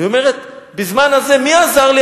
והיא אומרת: בזמן הזה, מי עזר לי?